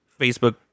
Facebook